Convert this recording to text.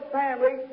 family